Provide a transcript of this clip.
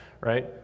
right